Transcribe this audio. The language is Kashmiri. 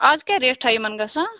آز کیٛاہ ریٹھاہ یِمَن گژھان